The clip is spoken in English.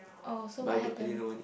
oh so what happened